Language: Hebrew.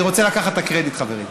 אני רוצה לקחת את הקרדיט, חברים.